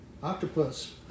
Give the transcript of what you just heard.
Octopus